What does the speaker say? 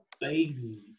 baby